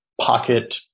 pocket